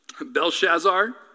Belshazzar